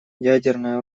ядерное